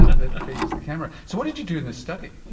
ah that faces the camera. so what did you do in the study?